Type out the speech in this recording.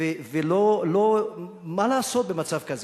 ומה לעשות במצב כזה?